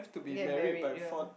get married ya